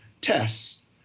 tests